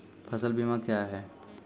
फसल बीमा क्या हैं?